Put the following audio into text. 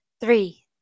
three